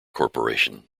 corporation